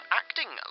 acting